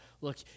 Look